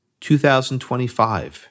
2025